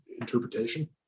interpretation